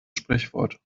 sprichwort